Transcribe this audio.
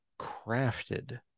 crafted